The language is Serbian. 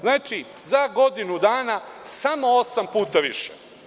Znači za godinu dana samo osam puta više.